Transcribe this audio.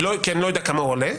כי אני לא יודע כמה הוא עולה,